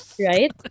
Right